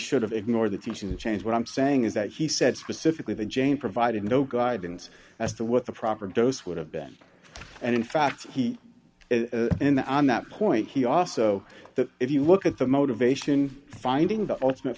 should have ignored the teaching to change what i'm saying is that he said specifically the jane provided no guidance as to what the proper dose would have been and in fact he is in the on that point he also if you look at the motivation finding the ultimate